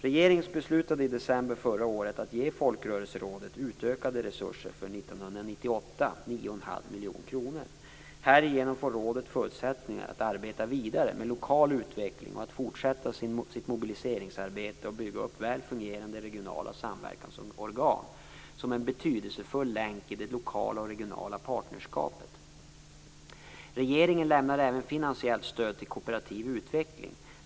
Regeringen beslutade i december förra året att ge miljoner kronor. Härigenom får rådet förutsättningar att arbeta vidare med lokal utveckling och att fortsätta sitt mobiliseringsarbete och bygga upp väl fungerande regionala samverkansorgan som en betydelsefull länk i det lokala och regionala partnerskapet. Regeringen lämnar även finansiellt stöd till kooperativ utveckling.